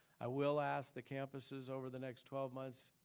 i will ask the campuses over the next twelve months